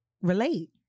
relate